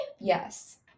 yes